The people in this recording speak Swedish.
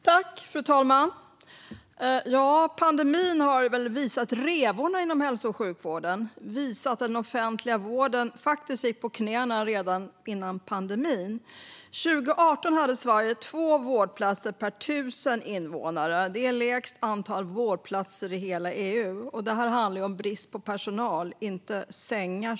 Fru talman! Pandemin har visat revorna inom hälso och sjukvården och visat att den offentliga vården gick på knäna redan innan pandemin. År 2018 hade Sverige två vårdplatser per 1 000 invånare. Det är lägst antal vårdplatser i hela EU. Det handlar om brist på personal och inte sängar.